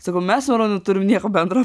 sakau mes su merūnu neturim nieko bendro